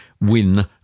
win